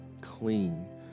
clean